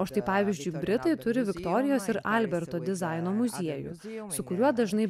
o štai pavyzdžiui britai turi viktorijos ir alberto dizaino muziejus su kuriuo dažnai